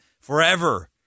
forever